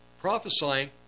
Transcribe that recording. prophesying